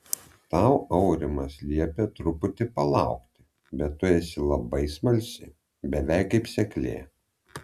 tau aurimas liepė truputį palaukti bet tu esi labai smalsi beveik kaip seklė